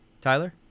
Tyler